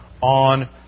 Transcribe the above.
on